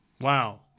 Wow